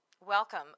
welcome